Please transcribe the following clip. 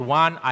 one